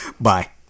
bye